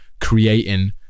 creating